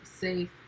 safe